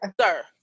sir